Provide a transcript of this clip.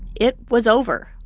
it was over